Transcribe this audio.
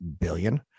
billion